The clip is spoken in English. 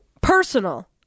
personal